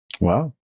Wow